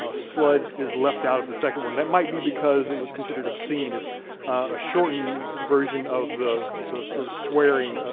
ah s'blood is left out of the second one. that might be because it was considered obscene. it's a shortened version of the the sort of swearing,